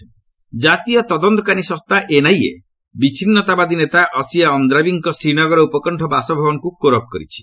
Srinagar NIA ଜାତୀୟ ତଦନ୍ତକାରୀ ସଂସ୍ଥା ଏନ୍ଆଇଏ ବିଚ୍ଛିନ୍ନତାବାଦୀ ନେତା ଆସିୟା ଅଣ୍ଡ୍ରାବିଙ୍କ ଶ୍ରୀନଗର ଉପକଣ୍ଠ ବାସଭବନକୁ କୋରଖ କରିଛି